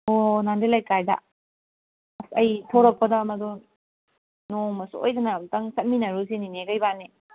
ꯑꯣ ꯅꯥꯟꯗ ꯂꯩꯀꯥꯏꯗ ꯑꯁ ꯑꯩ ꯊꯣꯔꯛꯄꯗꯣ ꯃꯗꯣ ꯅꯣꯡꯃ ꯁꯣꯏꯗꯅ ꯑꯝꯇꯪ ꯆꯠꯃꯤꯟꯅꯔꯨꯖꯦ ꯅꯦꯅꯦꯒ ꯏꯕꯥꯅꯤ